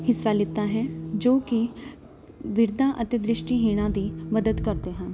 ਹਿੱਸਾ ਲਿੱਤਾ ਹੈ ਜੋ ਕਿ ਬਿਰਧਾਂ ਅਤੇ ਦ੍ਰਿਸ਼ਟੀਹੀਣਾਂ ਦੀ ਮਦਦ ਕਰਦੇ ਹਨ